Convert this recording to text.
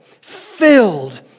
filled